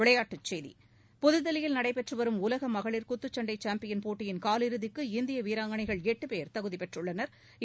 விளையாட்டுச் செய்தி புதுதில்லியில் நடைபெற்றுவரும் உலக மகளிர் குத்துச்சண்டை சாம்பியன் போட்டியின் காலிறுதிக்கு இந்திய வீராங்கனைகள் எட்டு போ் தகுதிப்பெற்றுள்ளனா்